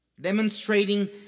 demonstrating